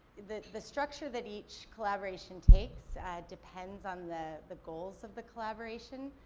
the the structure that each collaboration takes depends on the the goals of the collaboration.